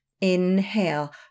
Inhale